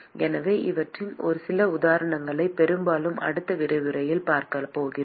எனவே இவற்றின் சில உதாரணங்களை பெரும்பாலும் அடுத்த விரிவுரையில் பார்க்கப் போகிறோம்